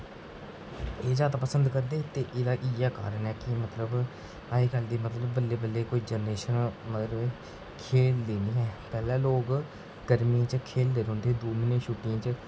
एह जैदा पसंद करदे ते एह्दा इ'यां कारण ऐ कि मतलब अजकल दी मतलब बल्लें बल्लें कोई जनरेशन खेढदे नेईं ऐ पैह्लें लोक गर्मियें च खेढदे रौंह्दे दो म्हीने दी छुट्टियें च